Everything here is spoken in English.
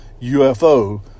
UFO